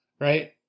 right